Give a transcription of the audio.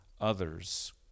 others